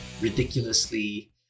ridiculously